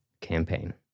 campaign